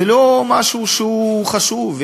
זה לא משהו חשוב.